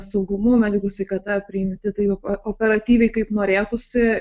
saugumu medikų sveikata priimti taip pat operatyviai kaip norėtųsi